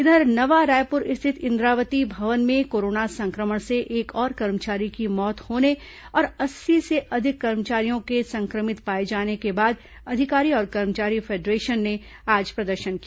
इधर नवा रायपुर स्थित इंद्रावती भवन में कोरोना संक्रमण से एक और कर्मचारी की मौत होने और अस्सी से अधिक कर्मचारियों के संक्रमित पाए जाने के बाद अधिकारी और कर्मचारी फेडरेशन ने आज प्रदर्शन किया